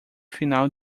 final